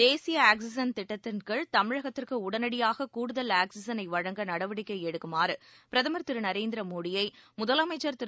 தேசியஆக்சிஜன் திட்டத்தின் கீழ் தமிழகத்திற்குஉடனடியாககூடுதல் ஆக்சிஜனைவழங்க நடவடிக்கைடுக்குமாறுபிரதமர் திருநரேந்திரமோடியைமுதலமைச்சர் திரு